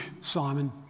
Simon